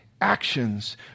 actions